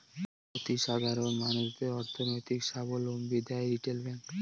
অতি সাধারণ মানুষদের অর্থনৈতিক সাবলম্বী দেয় রিটেল ব্যাঙ্ক